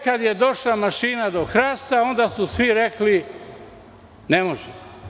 Kada je došla mašina do hrasta, onda su svi rekli – ne može.